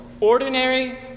ordinary